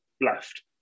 left